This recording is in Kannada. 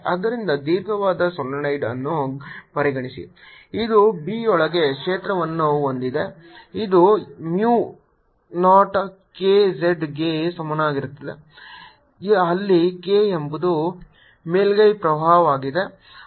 ಆದ್ದರಿಂದ ದೀರ್ಘವಾದ ಸೊಲೀನಾಯ್ಡ್ ಅನ್ನು ಪರಿಗಣಿಸಿ ಇದು B ಯೊಳಗೆ ಕ್ಷೇತ್ರವನ್ನು ಹೊಂದಿದೆ ಇದು mu 0 k z ಗೆ ಸಮಾನವಾಗಿರುತ್ತದೆ ಅಲ್ಲಿ k ಎಂಬುದು ಮೇಲ್ಮೈ ಪ್ರವಾಹವಾಗಿದೆ